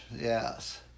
Yes